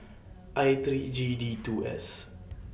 I three G D two S